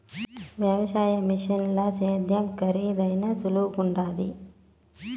వ్యవసాయ మిషనుల సేద్యం కరీదైనా సులువుగుండాది